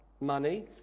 money